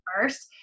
first